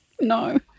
No